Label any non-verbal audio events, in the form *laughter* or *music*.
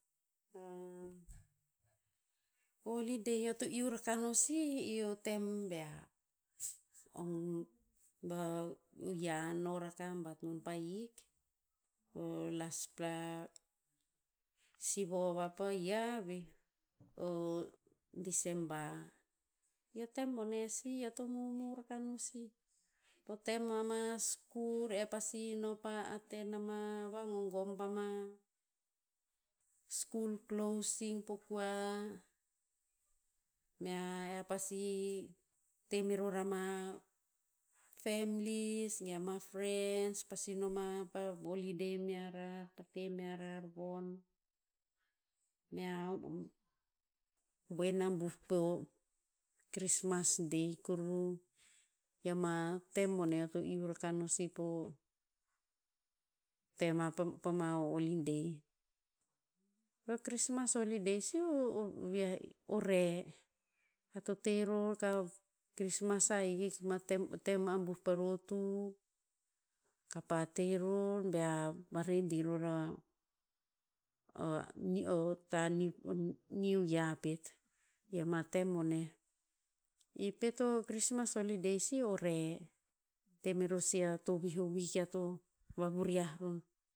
*hesitation* o holiday eo to iu rakah no sih, i o tem bea, ong ba, o yia non raka bat non pa hik, o laspla sivo vapa yia veh, o december. I o tem bone si eo to momor akah no sih. O tem ama skur ea pasi no pa aten ama vagogom pama school closing po kua, mea ea pasi, te meror ama, families ge ma frens pasi noma pa holiday mea rar. Pa te mea rar von. Mea boen abuh po, krismas day kuruh. I ama tem boneh eo to iu rakah no si po tem a pama holiday. Ve o krismas holiday si o, vi'ah, o re. Ear to te ror ka krimas ahik ma tem- tem abuh pa rotu. Kapa te ror, bea varedi ror a, *unintelligible* new year pet. I ama tem boneh. I pet o chrismas holiday si o re. Te meror si a tovih o wik ear to vavuriah ror.